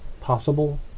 possible